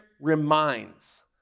reminds